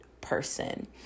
person